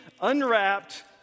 unwrapped